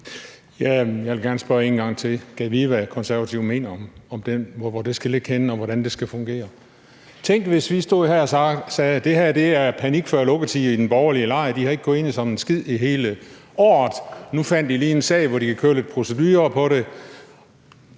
Jeg vil gerne spørge en gang til: Gad vide, hvad Konservative mener om hvor det skal ligge henne, og hvordan det skal fungere? Tænk, hvis vi stod her og sagde, at det her er panik før lukketid i den borgerlige lejr, de har ikke kunnet enes om en skid i hele året, og nu fandt de lige en sag, hvor de kan køre lidt procedure på det.